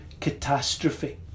catastrophe